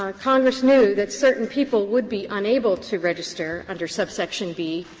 um congress knew that certain people would be unable to register under subsection b,